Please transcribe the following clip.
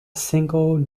single